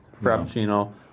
frappuccino